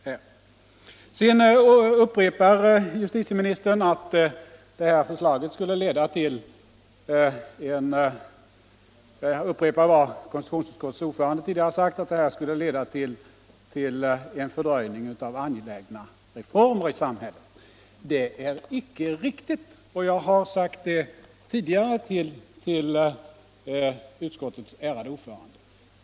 Fredagen den Sedan upprepar justitieministern vad konstitutionsutskottets ordföran 4 juni 1976 de tidigare sagt, nämligen att det här förslaget skulle leda till en förs = dröjning av angelägna reformer. Det är inte riktigt, och jag har sagt det = Frioch rättigheter tidigare till utskottets ärade ordförande.